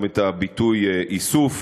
את הביטוי איסוף,